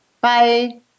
Bye